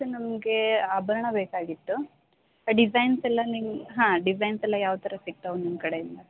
sir ನಮಗೆ ಆಭರಣ ಬೇಕಾಗಿತ್ತು ಡಿಸೈನ್ಸ್ ಎಲ್ಲ ನಿಮ್ಗೆ ಹಾಂ ಡಿಸೈನ್ಸ್ ಎಲ್ಲ ಯಾವತರ ಸಿಗ್ತವೆ ನಿಮ್ಮಕಡೆಯಿಂದ